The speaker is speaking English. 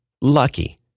lucky